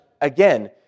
Again